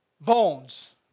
bones